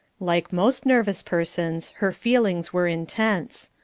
like most nervous persons, her feelings were intense.